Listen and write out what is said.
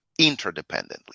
interdependently